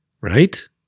right